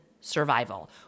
survival